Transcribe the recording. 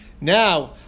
Now